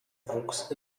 wuchs